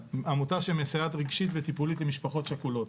עמותה שמסייעת רגשית וטיפולית למשפחות שכולות.